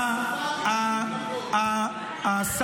אין שפה רשמית בחוק.